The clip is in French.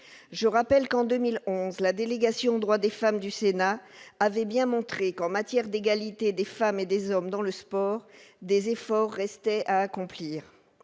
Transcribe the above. je rappelle qu'en 2011, la délégation droits des femmes du Sénat avait bien montré qu'en matière d'égalité des femmes et des hommes dans le sport, des efforts restent à accomplir,